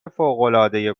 فوقالعاده